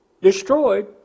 destroyed